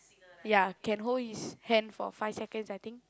ya can hold his hand for five seconds I think